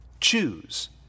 Choose